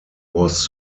was